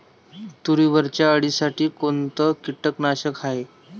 तुरीवरच्या अळीसाठी कोनतं कीटकनाशक हाये?